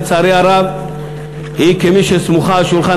לצערי הרב היא כמי שסמוכה על שולחן